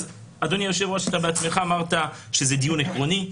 אדוני היושב-ראש, אתה בעצמך אמרת שזה דיון עקרוני,